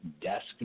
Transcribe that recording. desk